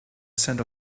scent